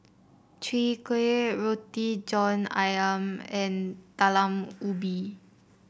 Chwee Kueh Roti John ayam and Talam Ubi